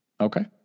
Okay